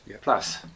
plus